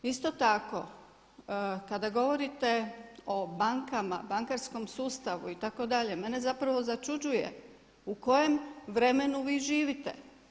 Isto tako kada govorite o bankama, bankarskom sustavu itd. mene zapravo začuđuje u kojem vremenu vi živite.